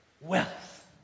wealth